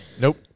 Nope